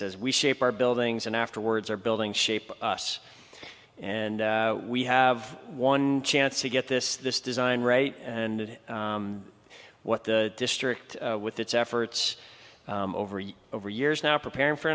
says we shape our buildings and afterwards our building shape us and we have one chance to get this this design right and what the district with its efforts over over years now preparing for